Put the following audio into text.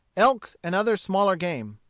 elks, and other smaller game.